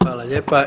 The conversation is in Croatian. Hvala lijepa.